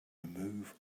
remove